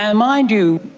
ah mind you,